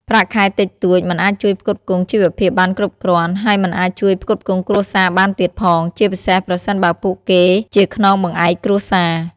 ប្រាក់ខែតិចតួចមិនអាចជួយផ្គត់ផ្គង់ជីវភាពបានគ្រប់គ្រាន់ ហើយមិនអាចជួយផ្គត់ផ្គង់គ្រួសារបានទៀតផង ជាពិសេសប្រសិនបើពួកគេជាខ្នងបង្អែកគ្រួសារ។